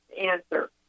answer